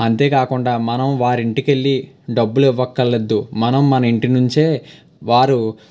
అంతేకాకుండా మనం వారి ఇంటికెళ్లి డబ్బులు ఇవ్వక్కర్లేదు మనం మన ఇంటి నుంచే వారు